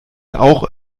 auch